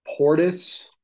Portis